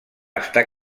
estar